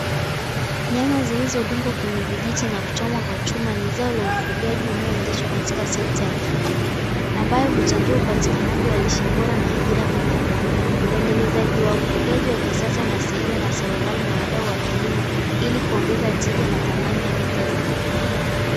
Nyama zilizodungwa kwenye vijiti na kuchomwa kwa chuma ni zao la ufugaji unaoendeshwa katika sekta ya kilimo. Ambayo huchangia upatikanaji wa lishe bora na ajira kwa jamii. Waendelezaji wa ufugaji wa kisasa unasaidiwa na serikali na wadau wa kilimo ili kuongeza tija na thamani ya bidhaa za mifugo.